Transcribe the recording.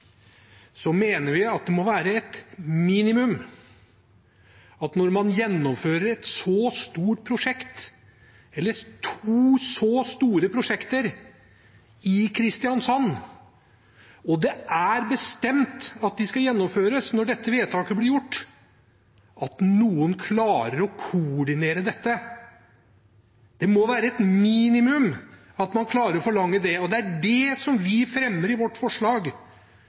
så stort prosjekt, eller to så store prosjekter, i Kristiansand, og det er bestemt at de skal gjennomføres når dette vedtaket er fattet, at noen klarer å koordinere dette. Det må være et minimum at man klarer å forlange det. Det er det vi fremmer i vårt forslag,